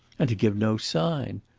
and to give no sign!